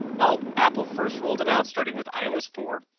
well apple first rolled it out starting with ios four.